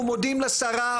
אנחנו מודים לשרה,